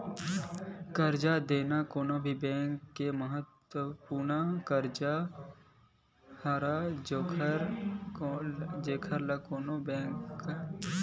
करजा देना कोनो भी बेंक के महत्वपूर्न कारज हरय जेखर ले कोनो बेंक ह बेवसाय करे पाथे